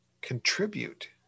contribute